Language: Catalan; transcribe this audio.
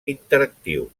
interactiu